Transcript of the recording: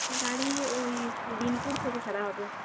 গাড়ি ওই বিনপুর থেকে ছাড়া হবে